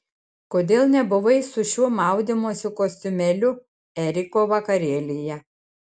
kodėl nebuvai su šiuo maudymosi kostiumėliu eriko vakarėlyje